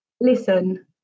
Listen